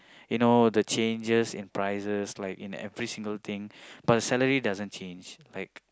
you know the changes in prices like in every single thing but salary doesn't change like